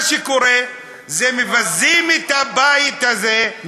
מה שקורה זה שמבזים את הבית הזה,